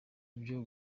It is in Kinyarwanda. vyo